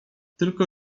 tylko